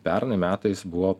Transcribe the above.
pernai metais buvo